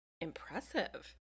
impressive